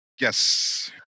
Yes